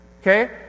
Okay